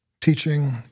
teaching